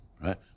Right